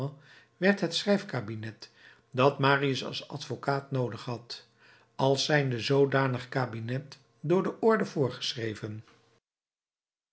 werd het schrijfkabinet dat marius als advocaat noodig had als zijnde zoodanig kabinet door de orde voorgeschreven